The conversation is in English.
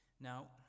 Now